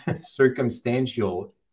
Circumstantial